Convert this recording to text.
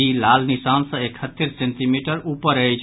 ई लाल निशान सँ एकहत्तरि सेंटीमीटर अफपर अछि